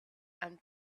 and